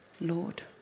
Lord